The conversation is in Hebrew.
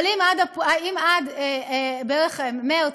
אבל אם עד בערך מרס,